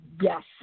yes